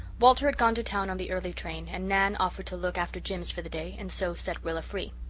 walter had gone to town on the early train, and nan offered to look after jims for the day and so set rilla free.